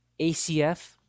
ACF